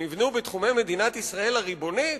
שנבנו בתחומי מדינת ישראל הריבונית,